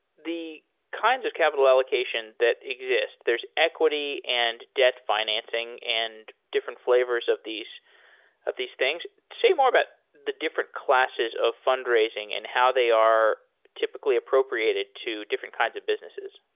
the kinds of capital allocation that exist, there's equity and debt financing and different flavors of these of these things. say more about the different classes of fundraising and how they are typically appropriated to different kinds of businesses.